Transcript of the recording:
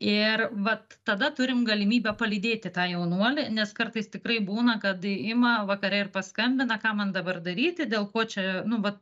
ir vat tada turim galimybę palydėti tą jaunuolį nes kartais tikrai būna kad ima vakare ir paskambina ką man dabar daryti dėl ko čia nu vat